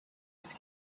use